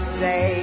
say